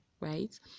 right